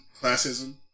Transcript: classism